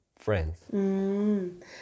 friends